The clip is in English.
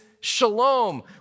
shalom